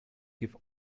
give